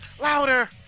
Louder